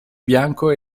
bianco